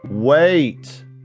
Wait